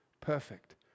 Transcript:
Perfect